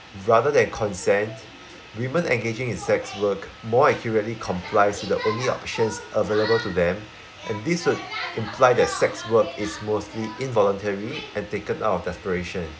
rather than consent women engaging in sex work more accurately complies with the only options available to them and this would imply their sex work is mostly involuntary and taken out of desperation